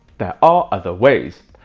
there are other ways.